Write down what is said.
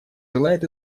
желает